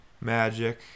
Magic